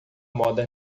moda